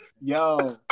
Yo